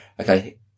Okay